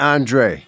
Andre